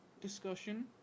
discussion